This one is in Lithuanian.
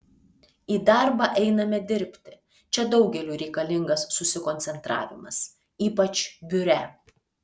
į darbą einame dirbti čia daugeliui reikalingas susikoncentravimas ypač biure